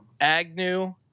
Agnew